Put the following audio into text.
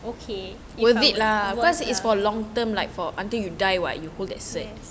okay yes